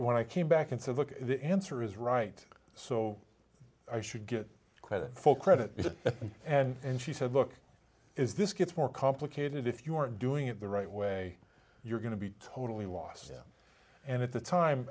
when i came back and said look the answer is right so i should get credit for credit and she said look is this gets more complicated if you aren't doing it the right way you're going to be totally lost and at the time